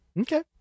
Okay